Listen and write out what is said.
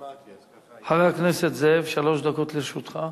לא שמעתי, אז חבר הכנסת זאב, שלוש דקות לרשותך.